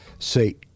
say